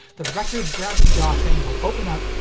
the record grabby jaw thing will open up,